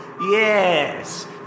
Yes